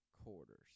quarters